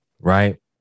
right